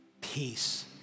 peace